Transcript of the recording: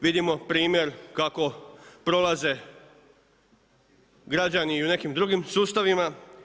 Vidimo primjer kako prolaze građane i u nekim drugima sustavima.